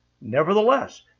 Nevertheless